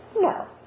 No